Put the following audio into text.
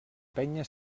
penya